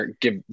give